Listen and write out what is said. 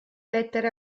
lettere